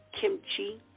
kimchi